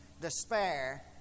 Despair